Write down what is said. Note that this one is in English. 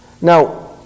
now